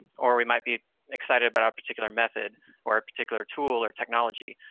or we might be excited about our particular method or a particular tool or technology,